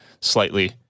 slightly